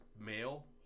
male